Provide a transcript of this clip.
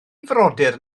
frodyr